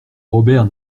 robert